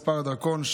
מספר הדרכון,